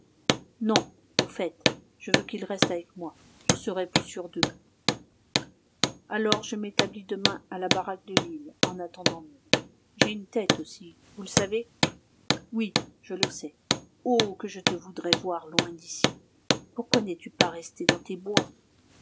non au fait je veux qu'ils restent avec moi je serai plus sûre d'eux alors je m'établis demain à la baraque de l'île en attendant mieux j'ai une tête aussi vous le savez oui je le sais oh que je te voudrais voir loin d'ici pourquoi n'es-tu pas resté dans tes bois